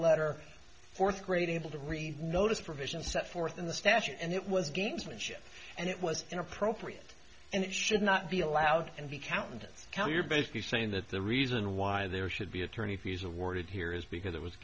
letter fourth grade able to read notice provisions set forth in the statute and it was gamesmanship and it was inappropriate and it should not be allowed and be counted count you're basically saying that the reason why there should be attorney fees awarded here is because it was